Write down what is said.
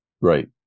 Right